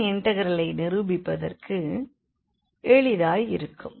இது இண்டெக்ரலை நிரூபிப்பதற்கு எளிதாய் இருக்கும்